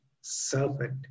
serpent